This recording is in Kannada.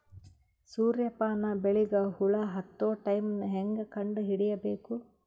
ಸೂರ್ಯ ಪಾನ ಬೆಳಿಗ ಹುಳ ಹತ್ತೊ ಟೈಮ ಹೇಂಗ ಕಂಡ ಹಿಡಿಯಬೇಕು?